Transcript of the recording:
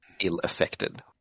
ill-affected